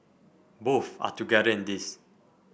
both are together in this